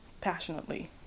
passionately